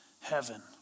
heaven